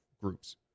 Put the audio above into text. groups